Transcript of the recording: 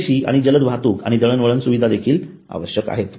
पुरेशी आणि जलद वाहतूक आणि दळणवळण सुविधा देखील आवश्यक आहेत